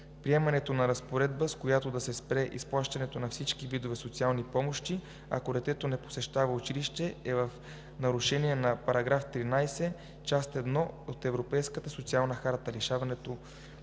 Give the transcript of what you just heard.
Приемането на разпоредба, с която да се спре изплащането на всички видове социални помощи, ако детето не посещава училище, е в нарушение на § 13, част I от Европейската социална харта. Лишаването